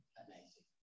amazing